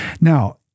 Now